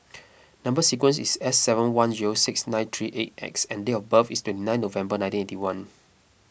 Number Sequence is S seven one zero six nine three eight X and date of birth is been nine November nineteen eighty one